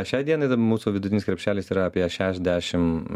šiai dienai mūsų vidutinis krepšelis yra apie šešiasdešim